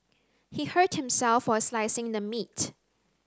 he hurt himself while slicing the meat